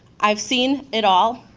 i've seen it all,